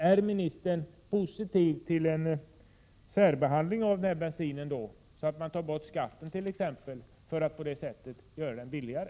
Är ministern positiv till en särbehandling av den här bensinen, exempelvis så att man tar bort skatten för att på det sättet göra den billigare?